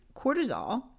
cortisol